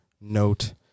note